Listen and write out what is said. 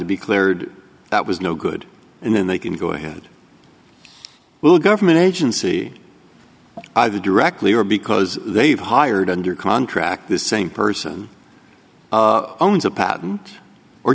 to be cleared that was no good and then they can go ahead will government agency either directly or because they've hired under contract the same person owns a patent or